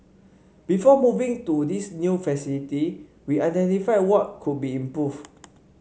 before moving to this new facility we identified what could be improved